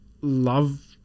love